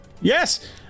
Yes